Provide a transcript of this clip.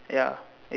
ya it